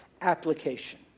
application